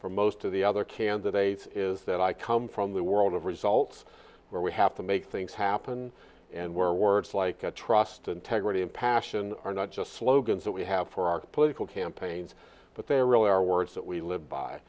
from most of the other candidates is that i come from the world of results where we have to make things happen and where words like i trust integrity and passion are not just slogans that we have for our political campaigns but there really are words that we live by